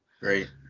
Great